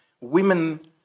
women